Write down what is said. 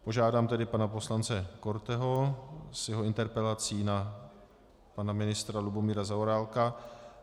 Požádám tedy pana poslance Korteho s jeho interpelací na pana ministra Lubomíra Zaorálka.